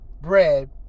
bread